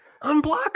unblock